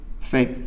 faith